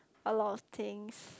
a lot of things